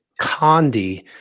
condi